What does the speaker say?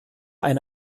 eine